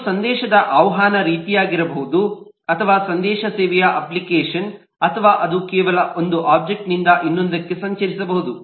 ಇದು ಸಂದೇಶದ ಆಹ್ವಾನ ರೀತಿಯಾಗಿರಬಹುದು ಅಥವಾ ಸಂದೇಶದ ಸೇವೆಯ ಅಪ್ಲಿಕೇಶನ್ ಅಥವಾ ಅದು ಕೇವಲ ಒಂದು ಒಬ್ಜೆಕ್ಟ್ನಿಂದ ಇನ್ನೊಂದಕ್ಕೆ ಸಂಚರಿಸಬಹುದು